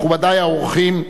מכובדי האורחים,